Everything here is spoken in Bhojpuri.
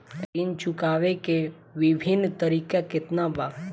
ऋण चुकावे के विभिन्न तरीका केतना बा?